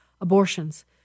abortions